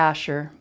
Asher